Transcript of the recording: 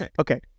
Okay